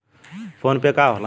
PhonePe का होला?